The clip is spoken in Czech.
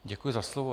Děkuji za slovo.